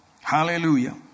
Hallelujah